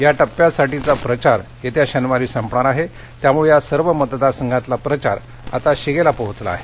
या टप्प्यासाठीचा प्रचार येत्या शनिवारी संपणार आहे त्यामुळे या सर्व मतदारसंघांतला प्रचार आता शिगेला पोचला आहे